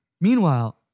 Meanwhile